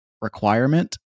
requirement